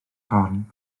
corn